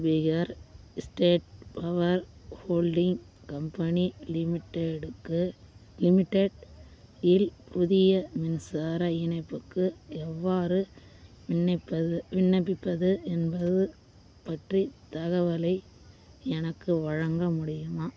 Bihar state power holding company லிமிட்டெடுக்கு limited இல் புதிய மின்சார இணைப்புக்கு எவ்வாறு விண்ணப்பது விண்ணப்பிப்பது என்பது பற்றி தகவலை எனக்கு வழங்க முடியுமா